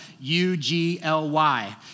U-G-L-Y